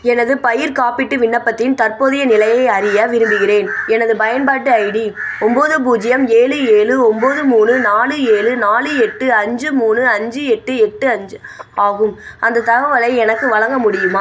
எனது பயிர் காப்பீட்டு விண்ணப்பத்தின் தற்போதைய நிலையை அறிய விரும்புகிறேன் எனது பயன்பாட்டு ஐடி ஒம்போது பூஜ்ஜியம் ஏழு ஏழு ஒம்போது மூணு நாலு ஏழு நாலு எட்டு அஞ்சு மூணு அஞ்சு எட்டு எட்டு அஞ்சு ஆகும் அந்த தகவலை எனக்கு வழங்க முடியுமா